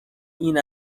این